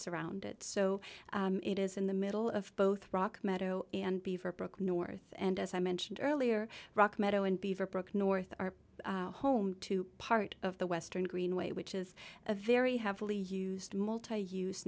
surrounded so it is in the middle of boat rock meadow and beaverbrook north and as i mentioned earlier rock meadow and beaverbrook north are home to part of the western greenway which is a very heavily used multi use